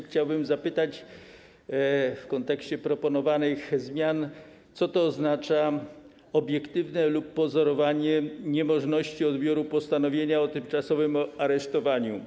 Chciałbym zapytać, co w kontekście proponowanych zmian oznacza: obiektywna lub pozorowana niemożność odbioru postanowienia o tymczasowym aresztowaniu.